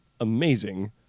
amazing